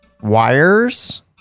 wires